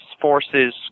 forces